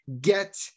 get